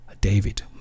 David